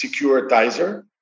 securitizer